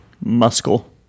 Muscle